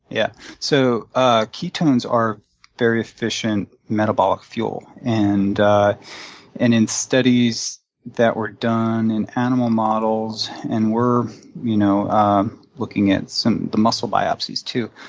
yeah. so ah ketones are very efficient metabolic fuel, and ah and in studies that were done in animal models and we're you know um looking at the muscle biopsies too